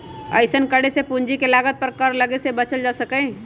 अइसन्न करे से पूंजी के लागत पर कर लग्गे से बच्चल जा सकइय